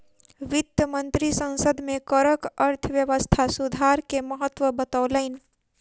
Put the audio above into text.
वित्त मंत्री संसद में करक अर्थव्यवस्था सुधार के महत्त्व बतौलैन